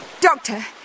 Doctor